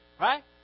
Right